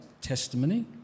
testimony